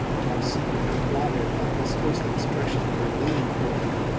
perhaps secretly flattered by this first expression of her need for them,